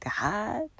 God